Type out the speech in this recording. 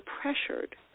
pressured